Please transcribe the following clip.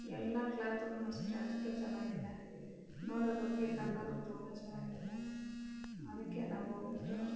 ಎಲ್ಲ ಕ್ಲಾತುನು ಅಷ್ಟೆ ಅಷ್ಟು ಚೆನ್ನಾಗಿದೆ ನೋಡೋದಕ್ಕೆ ಕಲ್ಲರು ತುಂಬ ಚೆನ್ನಾಗಿದೆ ಅದಕ್ಕೆ ನಾವು ಹೋಗ್ಬುಟ್ಟು